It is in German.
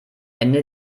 ende